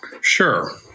Sure